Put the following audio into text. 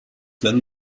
then